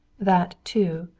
that, too,